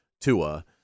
Tua